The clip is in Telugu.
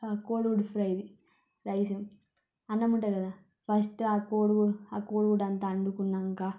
కోడిగుడ్డు ఫ్రైది రైసు అన్నం ఉంటుంది కదా ఫస్ట్ ఆ కోడిగుడ్డు ఆ కోడి గుడ్డంతా అండుకున్నాక